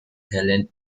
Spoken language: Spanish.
helen